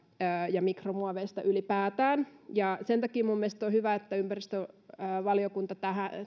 ja mikromuoveista ylipäätään sen takia minun mielestäni on hyvä että ympäristövaliokunta